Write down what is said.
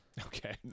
Okay